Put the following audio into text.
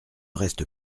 reste